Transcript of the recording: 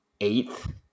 eighth